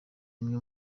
imwe